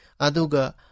Aduga